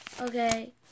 okay